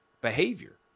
behavior